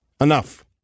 Enough